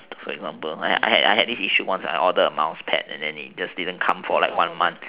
I had I had this issue once I ordered a mouse pad and then it just didn't come for like one month